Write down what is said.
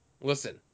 Listen